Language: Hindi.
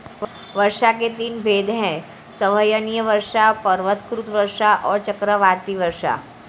वर्षा के तीन भेद हैं संवहनीय वर्षा, पर्वतकृत वर्षा और चक्रवाती वर्षा